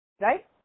Right